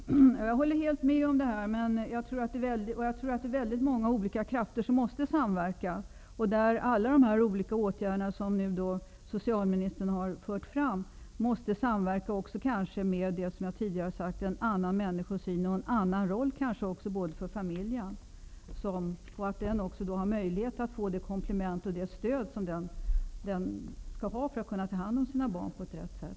Herr talman! Jag håller helt med om det, men jag tror att många olika krafter och alla de olika åtgärder som socialministern här fört fram måste samverka. Kanske behövs det också, som jag nämnde tidigare, en annan syn på människan. Familjen måste få en annan roll. Familjen måste få det stöd den behöver för att ta hand om sina barn på rätt sätt.